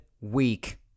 week